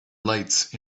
lights